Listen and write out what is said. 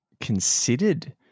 considered